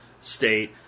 state